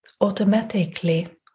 Automatically